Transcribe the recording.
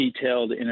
Detailed